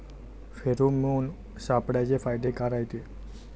Pheromone सापळ्याचे फायदे काय रायते?